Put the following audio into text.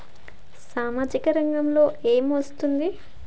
సామాజిక రంగంలో ఏమి వస్తుంది?